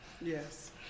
Yes